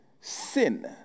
sin